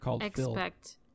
expect